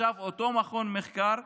עכשיו אותו מכון מחקר,